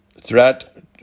threat